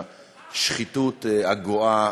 השחיתות הגואה,